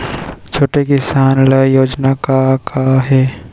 छोटे किसान ल योजना का का हे?